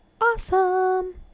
awesome